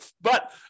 But-